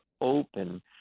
open